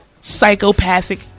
psychopathic